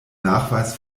nachweis